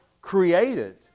created